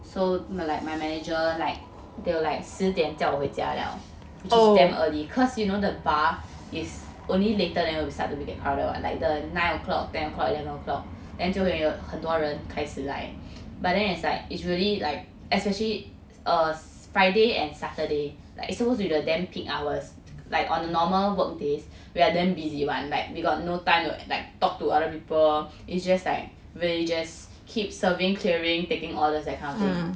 so like my manager like they will like 十点叫我回家了 which is damn early cause you know the bar is only later then will to start to get crowded [what] like the nine o'clock ten o'clock eleven o'clock then 就会有很多人开始来 but then it's like it's really like especially err friday and saturday like it's supposed to be the damn peak hours like on a normal work day we are damn busy [one] like we got no time to like talk to other people it's just like we'll just keep serving clearing taking orders that kind of thing